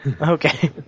Okay